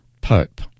Pope